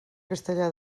castellar